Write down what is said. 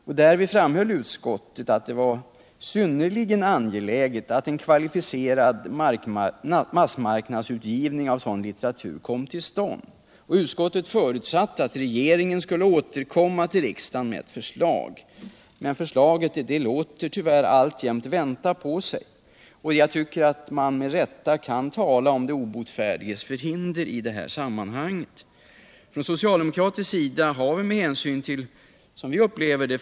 Då framhöll utskottet att det var synnerligen angeläget att en kvalificerad massmarknadsutgivning av sådan litteratur kom till stånd, och utskottet lörutsatte alt regeringen skulle återkomma till riksdagen med ett förslag — men förslaget låter tyvärr alltjämt vänta på sig. Jag tycker att man med rätta kan tala om de obotfärdigas törhinder i det här sammanhanget. Från socialdemokratisk sida har vi med hänsyn till, som vi upplever det.